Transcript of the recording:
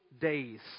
days